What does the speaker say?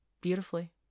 beautifully